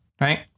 Right